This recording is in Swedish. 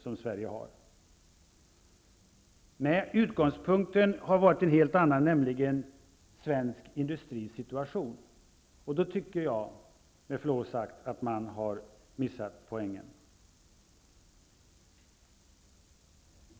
Nej, utgångspunkten för Ny demokrati har varit en helt annan, nämligen svensk industris situation. Då tycker jag, med förlov sagt, att man har missat poängen.